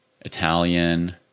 Italian